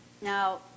Now